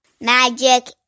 magic